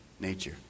nature